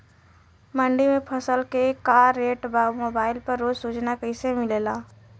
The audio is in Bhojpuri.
मंडी में फसल के का रेट बा मोबाइल पर रोज सूचना कैसे मिलेला?